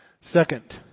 Second